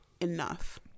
enough